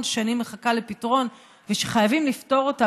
שנים מחכה לפתרון ושחייבים לפתור אותה,